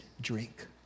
drink